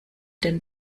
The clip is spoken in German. den